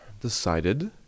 decided